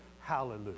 Hallelujah